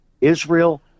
Israel